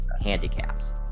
handicaps